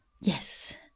Yes